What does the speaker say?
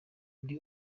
ndi